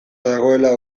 dagoela